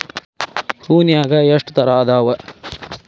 ಹೂನ್ಯಾಗ ಎಷ್ಟ ತರಾ ಅದಾವ್?